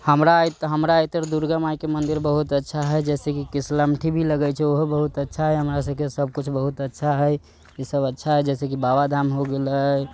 हमरा एतऽ हमरा एतऽ दुर्गा मायके मन्दिर बहुत अच्छा है जैसेकि कृष्णाष्टमी भी लगै छै ओहो बहुत अच्छा है हमरा सबके सब किछु बहुत अच्छा हइ ई सब अच्छा हइ जैसेकि बाबा धाम हो गेलै